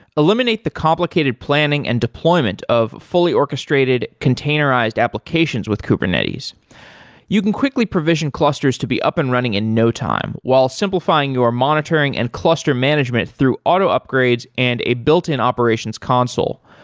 eliminate the complicated planning and deployment of fully orchestrated containerized applications with kubernetes you can quickly provision clusters to be up and running in no time, while simplifying your monitoring and cluster management through auto upgrades and a built-in operations console.